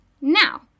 Now